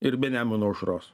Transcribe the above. ir be nemuno aušros